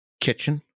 kitchen